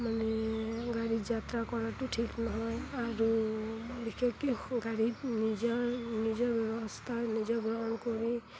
মানে গাড়ীত যাত্ৰা কৰাতো ঠিক নহয় আৰু বিশেষকৈ গাড়ীত নিজৰ নিজৰ ব্যৱস্থা নিজে গ্ৰহণ কৰি